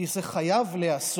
כי זה חייב להיעשות.